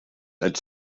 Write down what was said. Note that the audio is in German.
als